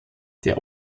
der